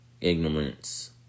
Ignorance